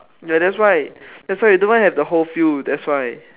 ya that's why that's why we don't even have the whole field that's why